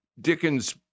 Dickens